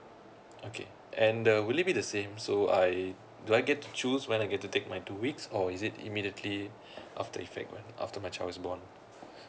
okay and the will it be the same so I do I get to choose when I get to take my two weeks or is it immediately after effect one after my child is born